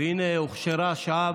והינה, הוכשרה השעה.